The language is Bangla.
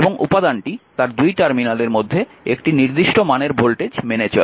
এবং উপাদানটি তার দুই টার্মিনালের মধ্যে একটি নিদিষ্ট মানের ভোল্টেজ মেনে চলে